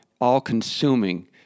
all-consuming